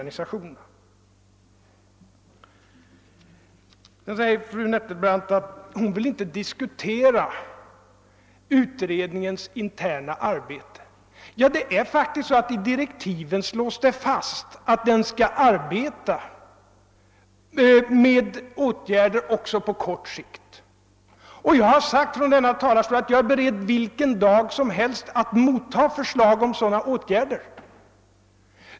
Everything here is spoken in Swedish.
Fru Nettelbrandt säger att hon inte vill diskutera utredningens interna arbete. Men det är faktiskt så att det i direktiven slås fast att utredningen skall arbeta med åtgärder också på kort sikt, och jag har från denna talarstol sagt att jag är beredd att vilken dag som helst motta förslag om sådana åtgärder.